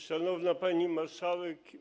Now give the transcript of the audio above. Szanowna Pani Marszałek!